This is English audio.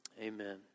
Amen